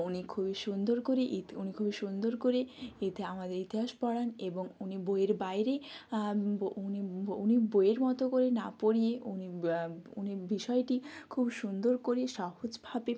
উনি খুবই সুন্দর করে ইতি উনি খুবই সুন্দর করে ইতি আমাদের ইতিহাস পড়ান এবং উনি বইয়ের বাইরে উনি উনি বইয়ের মতো করে না পড়িয়ে উনি উনি বিষয়টি খুব সুন্দর করে সহজভাবে